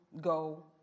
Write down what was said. go